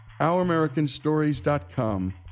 OurAmericanStories.com